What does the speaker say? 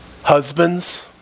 Husbands